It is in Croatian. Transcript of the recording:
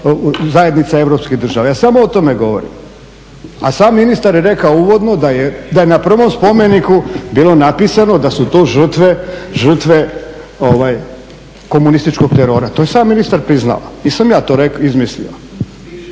zajednica europskih država. Ja samo o tome govorim, a sam ministar je rekao uvodno da je na prvom spomeniku bilo napisano da su to žrtve komunističkog terora. To je sam ministar priznao, nisam ja to izmislio.